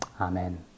Amen